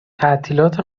تعطیلات